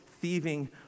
thieving